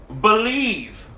believe